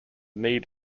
need